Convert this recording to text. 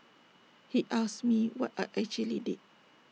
he asked me what I actually did